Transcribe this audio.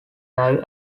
live